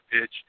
pitch